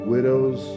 Widows